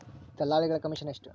ದಲ್ಲಾಳಿಗಳ ಕಮಿಷನ್ ಎಷ್ಟು?